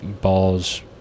balls